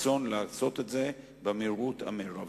רצון לעשות את זה במהירות המרבית.